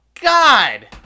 God